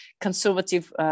conservative